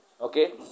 Okay